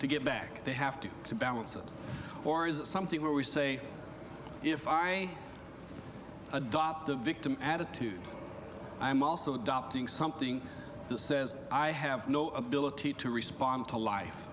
to get back they have to balance it or is it something where we say if i adopt a victim attitude i'm also adopting something this says i have no ability to respond to life